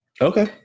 Okay